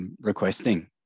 Requesting